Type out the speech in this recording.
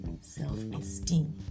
self-esteem